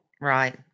Right